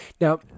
now